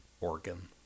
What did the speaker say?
organ